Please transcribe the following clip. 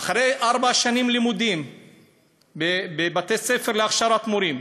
אחרי ארבע שנים של לימודים בבתי-ספר להכשרת מורים,